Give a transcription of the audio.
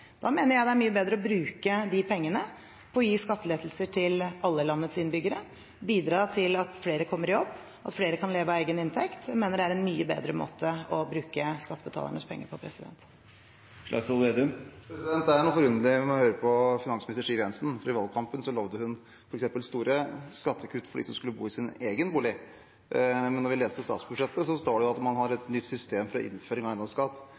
Da mener jeg det er mye bedre å bruke de pengene til å gi skattelettelser til alle landets innbyggere, bidra til at flere kommer i jobb, at flere kan leve av egen inntekt. Jeg mener det er en mye bedre måte å bruke skattebetalernes penger på. Det er noe forunderlig å høre på finansminister Siv Jensen, for i valgkampen lovet hun f.eks. store skattekutt for dem som skulle bo i sin egen bolig, men når vi leser statsbudsjettet, står det at man har et nytt system for innføring av eiendomsskatt.